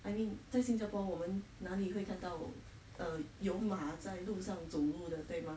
I mean 在新加坡我们那里会看到 err 有马在路上走路的对吗